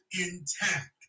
intact